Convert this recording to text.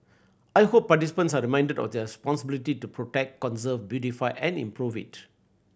I hope participants are reminded of their responsibility to protect conserve beautify and improve it